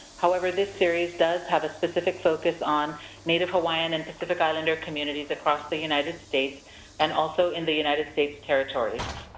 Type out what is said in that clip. however, this series series does have a specific focus on native hawaiian and pacific islander communities across the united states and also in the united states territories.